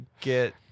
get